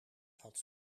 had